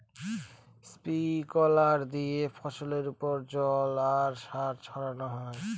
sprinkler দিয়ে ফসলের ওপর জল আর সার ছড়ানো হয়